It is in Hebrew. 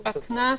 הקנס,